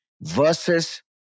versus